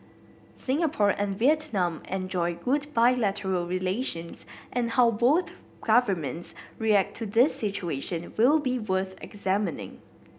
Singapore and Vietnam enjoy good bilateral relations and how both governments react to this situation will be worth examining